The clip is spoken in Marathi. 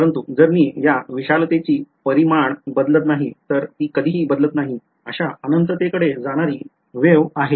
परंतु जर मी या विशालतेची परिमाण बदलत नाही तर ती कधीही बदलत नाही अशा अनंततेकडे जाणारी लहर आहे